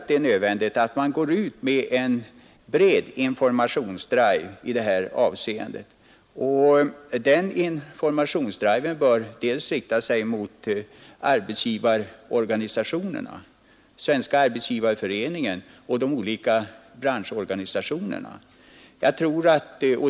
Det är nödvändigt att gå ut med en bred informationsdrive i detta avseende, vilken bör rikta sig till arbetsgivarorganisationerna, till Svenska arbetsgivareföreningen, till de olika branschorganisationerna.